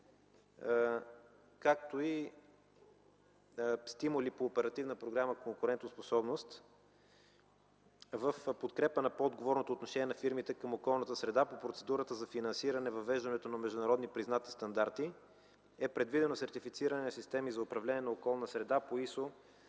както и стимули по оперативна програма „Конкурентоспособност”. В подкрепа на по-отговорното отношение на фирмите към околната среда по процедурата за финансиране въвеждането на международно признати стандарти е предвидено сертифициране на системи за управление на околна среда по ISO